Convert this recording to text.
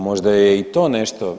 Možda je i to nešto?